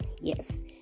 Yes